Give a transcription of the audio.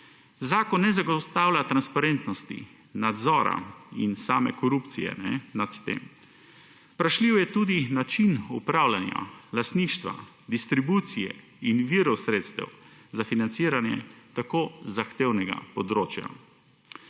Zakon ne zagotavlja transparentnosti, nadzora in same korupcije nad tem. Vprašljiv je tudi način upravljanja lastništva, distribucije in virov sredstev za financiranje tako zahtevnega področja.